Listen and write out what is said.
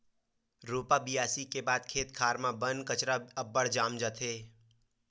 रोपा बियासी के बाद म खेत खार म बन कचरा अब्बड़ जाम जाथे